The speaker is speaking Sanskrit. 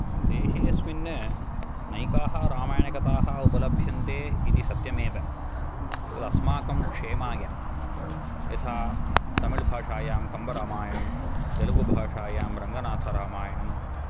देशेऽस्मिन् नैकाः रामायणकथाः उपलभ्यन्ते इति सत्यमेव तदस्माकं क्षेमाय यथा तामिळुभाषायां कम्बरामायणं तेलुगुभाषायां रङ्गनाथरामायणं